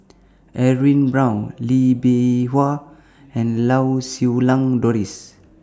Edwin Brown Lee Bee Wah and Lau Siew Lang Doris